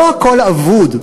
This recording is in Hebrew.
לא הכול אבוד.